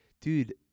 dude